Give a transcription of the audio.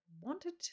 wanted